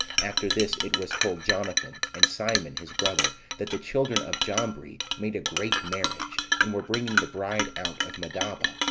after this it was told jonathan, and simon, his brother, that the children of jambri made a great marriage, and were bringing the bride out of madaba,